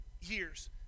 years